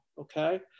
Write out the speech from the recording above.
okay